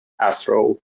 Astro